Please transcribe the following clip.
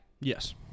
yes